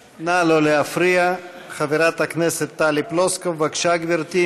שלך, כי אתה תומך בטרוריסטים.